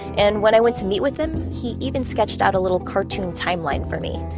and when i went to meet with him, he even sketched out a little cartoon timeline for me.